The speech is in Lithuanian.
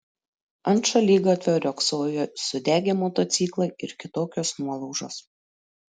ant šaligatvio riogsojo sudegę motociklai ir kitokios nuolaužos